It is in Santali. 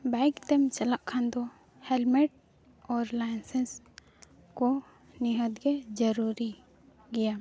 ᱵᱟᱭᱤᱠ ᱛᱮᱢ ᱪᱟᱞᱟᱜ ᱠᱷᱟᱱ ᱫᱚ ᱦᱮᱞᱢᱮᱴ ᱚᱨ ᱞᱟᱭᱥᱮᱱᱥ ᱠᱚ ᱱᱤᱦᱟᱹᱛᱜᱮ ᱡᱟᱹᱨᱩᱨᱤ ᱜᱮᱭᱟ